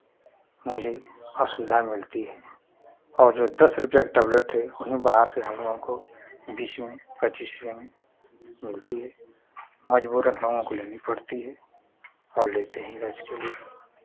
मुझे असुविधा मिलती है और दस रुपैया का टैबलेट वहीं बाहर से हमलोगों को बीस में पच्चीस में मिलती है मज़बूरन हम लोगों को लेनी पड़ती है और लेते हैं इलाज़ के लिए